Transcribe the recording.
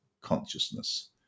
consciousness